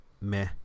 meh